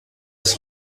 its